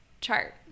chart